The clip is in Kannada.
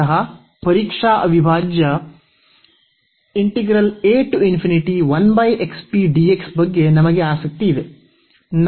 ಮೂಲತಃ ಮಾದರಿ ಅವಿಭಾಜ್ಯ ಬಗ್ಗೆ ನಮಗೆ ಆಸಕ್ತಿ ಇದೆ